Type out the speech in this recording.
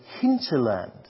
hinterland